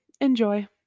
Enjoy